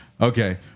Okay